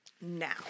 now